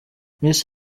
miss